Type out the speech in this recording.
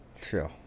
True